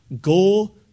Go